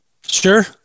Sure